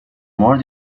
more